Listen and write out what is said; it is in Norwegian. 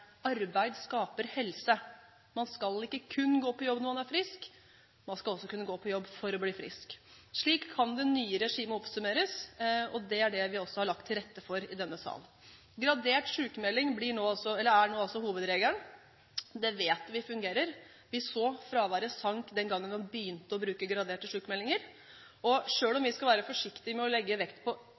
Arbeid skaper helse. Man skal ikke kun gå på jobb når man er frisk, man skal også kunne gå på jobb for å bli frisk. Slik kan det nye regimet oppsummeres, og det er også det vi har lagt til rette for i denne sal. Gradert sykmelding er nå altså hovedregelen, det vet vi fungerer. Vi så at fraværet sank den gangen man begynte å bruke graderte sykmeldinger. Selv om vi skal være forsiktige med å legge for mye vekt på